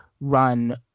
run